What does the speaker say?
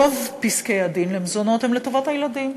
רוב פסקי-הדין למזונות הם לטובת הילדים,